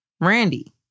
Randy